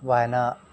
भएन